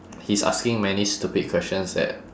he's asking many stupid questions that